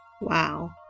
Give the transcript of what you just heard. Wow